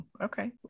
okay